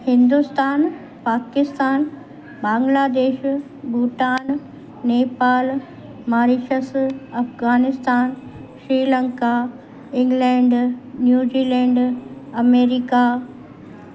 Hindustan Pakistan Bangladesh Bhutan Nepal Mauritius Afghanistan Sri Lanka England New Zealand America